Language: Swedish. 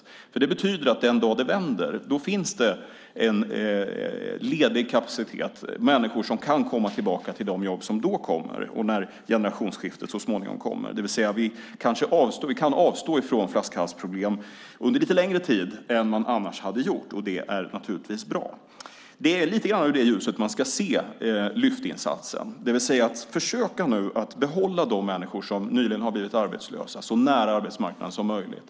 Det betyder nämligen att det den dag det vänder finns en ledig kapacitet, alltså människor som kan komma tillbaka till de jobb som då kommer - och när generationsskiftet så småningom kommer. Vi kan alltså avstå från flaskhalsproblem under lite längre tid än man annars hade gjort, och det är naturligtvis bra. Det är lite grann i det ljuset man ska se Lyftinsatsen, det vill säga att vi ska försöka behålla de människor som nyligen har blivit arbetslösa så nära arbetsmarknaden som möjligt.